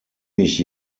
mich